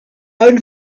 own